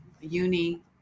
Uni